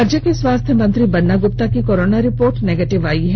राज्य के स्वास्थ्य मंत्री बन्ना गुप्ता की कोरोना रिपोर्ट निगेटिव आई है